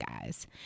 guys